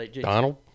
Donald